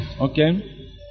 Okay